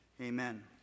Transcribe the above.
Amen